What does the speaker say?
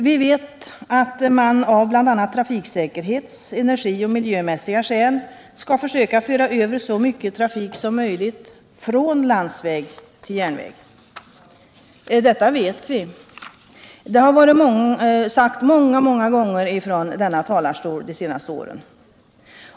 Vi vet att man av bl.a. trafiksäkerhets-, energioch miljömässiga skäl skall försöka föra över så mycket trafik som möjligt från landsväg till järnväg. Detta vet vi. Det har sagts många, många gånger från denna talarstol de senaste åren.